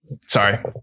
Sorry